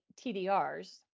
TDRs